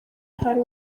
hari